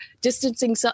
distancing